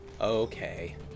okay